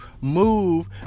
move